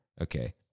Okay